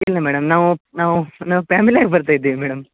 ಇಲ್ಲ ಮೇಡಮ್ ನಾವು ನಾವು ನಾವು ಪ್ಯಾಮಿಲಿ ಆಗಿ ಬರ್ತಾ ಇದ್ದೀವಿ ಮೇಡಮ್